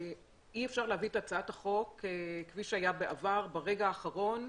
אי אפשר להביא את הצעת החוק כפי שהיה בעבר ברגע האחרון,